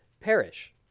perish